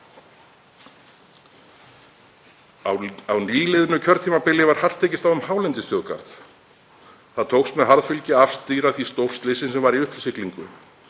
Á nýliðnu kjörtímabili var hart tekist á um hálendisþjóðgarð. Það tókst með harðfylgi að afstýra því stórslysi sem var í uppsiglingu